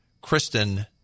Kristen